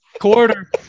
quarter